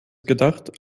gedacht